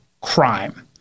crime